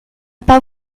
pas